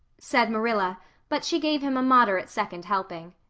said marilla but she gave him a moderate second helping.